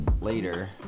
later